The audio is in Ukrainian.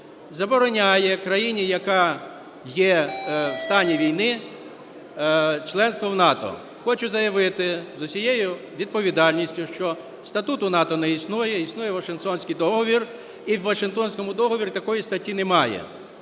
забороняє країні, яка є в стані війни, членство в НАТО. Хочу заявити з усією відповідальністю, що статуту НАТО не існує. Існує Вашингтонський договір. І в Вашингтонському договорі такої статті немає.